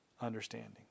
understanding